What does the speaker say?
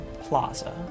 plaza